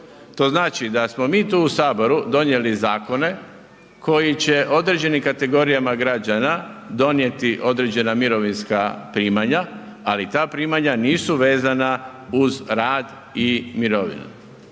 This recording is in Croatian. To znači da smo mi tu u saboru donijeli zakone koji će određenim kategorijama građana donijeti određena mirovinska primanja, ali ta primanja nisu vezana uz rad i mirovinu.